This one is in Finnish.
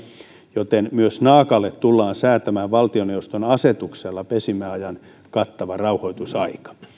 joten myös naakalle tullaan säätämään valtioneuvoston asetuksella pesimäajan kattava rauhoitusaika